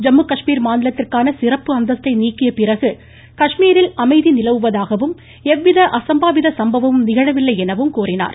ஜம்மு காஷ்மீர் மாநிலத்திற்கான சிறப்பு அந்தஸ்தை நீக்கிய பிறகு காஷ்மீரில் அமைதி நிலவுவதாகவும் எவ்வித அசம்பாவித சம்பவமும் நிகழவில்லை எனவும் கூறினார்